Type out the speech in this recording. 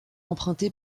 empruntée